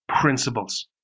principles